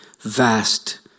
vast